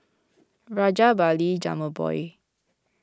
Rajabali Jumabhoy